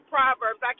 Proverbs